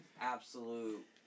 absolute